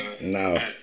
No